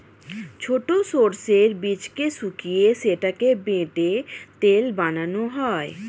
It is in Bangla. ছোট সর্ষের বীজকে শুকিয়ে সেটাকে বেটে তেল বানানো হয়